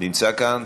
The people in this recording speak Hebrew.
נמצא כאן?